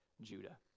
Judah